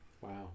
wow